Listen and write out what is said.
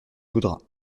voudras